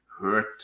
hurt